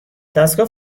دستگاه